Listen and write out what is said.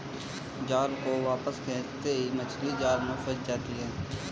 जाल को वापस खींचते ही मछली जाल में फंस जाती है